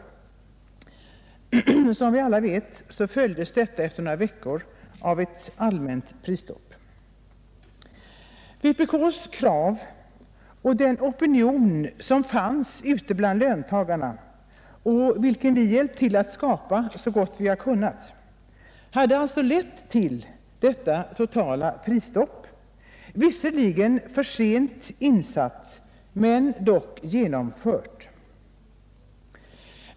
Som vi alla vet följdes detta prisstopp efter några veckor av ett allmänt prisstopp. Vpkss krav och den opinion som fanns ute bland löntagarna, vilken vi hjälpt till att skapa så gott vi har kunnat, hade alltså lett till detta totala prisstopp, visserligen för sent insatt men dock genomfört.